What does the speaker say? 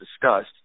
discussed